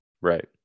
right